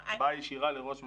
הצבעה ישירה לראש ממשלה?